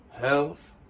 health